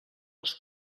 les